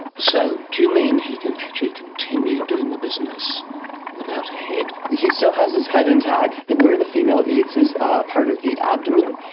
so do you mean he can actually continue doing the business without a head? he still has his head intact. where the female eats is a part of the abdomen,